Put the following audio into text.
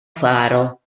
faro